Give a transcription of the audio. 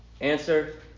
Answer